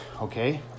okay